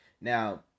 Now